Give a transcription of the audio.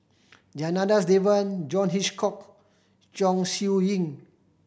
Janadas Devan John Hitchcock Chong Siew Ying